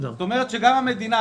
זאת אומרת שגם המדינה,